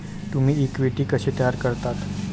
तुम्ही इक्विटी कशी तयार करता?